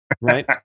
right